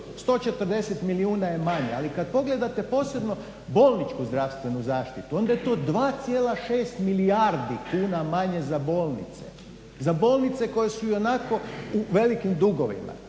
140 milijuna je manje, ali kad pogledate posebno bolničku zdravstvenu zaštitu onda je 2,6 milijardi kuna manje za bolnice. Za bolnice koje su ionako u velikim dugovima